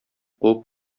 куып